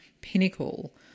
pinnacle